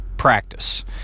Practice